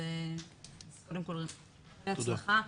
בהצלחה.